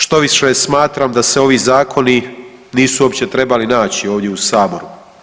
Štoviše, smatram da se ovi zakoni nisu uopće trebali naći ovdje u saboru.